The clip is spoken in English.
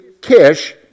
Kish